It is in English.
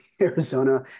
Arizona